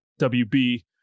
WB